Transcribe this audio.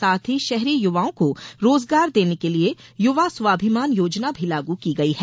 साथ ही शहरी युवाओं को रोजगार देने के लिए युवा स्वाभिमान योजना भी लागू की गई है